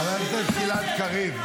חבר הכנסת גלעד קריב,